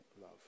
love